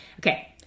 Okay